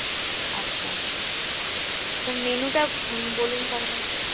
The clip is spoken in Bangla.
আচ্ছা তো মেনুটা বলুন তাহলে